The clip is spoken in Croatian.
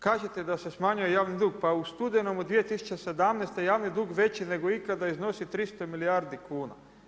Kažete da se smanjuje javno dug, pa u studenom u 2017. javni dug je veći nego ikada, iznosi 300 milijardi kuna.